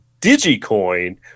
DigiCoin